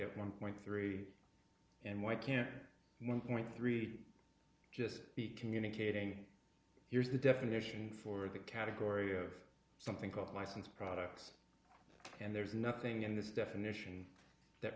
at one point three and why can't one three just be communicating here's a definition for the category of something called licensed products and there's nothing in this definition that